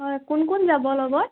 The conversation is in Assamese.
হয় কোন কোন যাব লগত